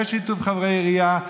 בשיתוף חברי עירייה,